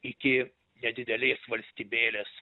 iki nedidelės valstybėlės